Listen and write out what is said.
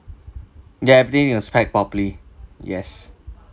ya everything is packed properly yes